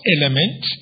element